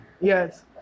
Yes